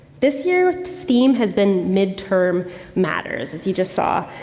this year's theme has been midterm matters, as you just saw.